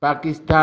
Pakistan